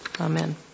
Amen